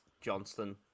Johnston